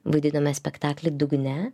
vaidinome spektaklį dugne